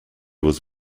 was